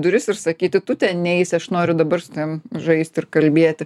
duris ir sakyti tu ten neisi aš noriu dabar su tavim žaisti ir kalbėti